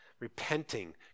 repenting